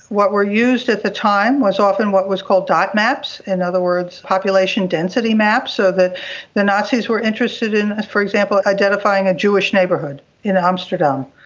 what were used at the time was often what was called dot maps, in other words population density maps, so the the nazis were interested in, for example, identifying a jewish neighbourhood in amsterdam.